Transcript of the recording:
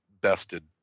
bested